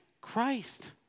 Christ